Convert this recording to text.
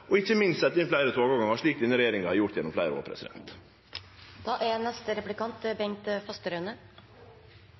og ikkje minst setje inn fleire togavgangar, slik denne regjeringa har gjort gjennom fleire år.